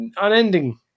unending